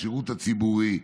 בשירות הציבורי,